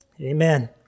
amen